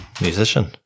Musician